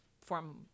form